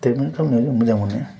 treatment खालामनायजों मोजां मोनो